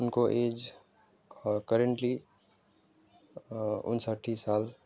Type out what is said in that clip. उनको एज क करेन्टली उन्साट्ठी साल